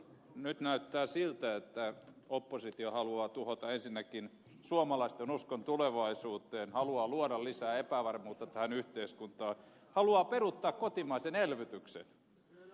nyt näyttää siltä että oppositio haluaa tuhota ensinnäkin suomalaisten uskon tulevaisuuteen haluaa luoda lisää epävarmuutta tähän yhteiskuntaan haluaa peruuttaa kotimaisen elvytyksen